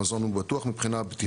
המזון הוא בטוח מבחינה בטיחותית.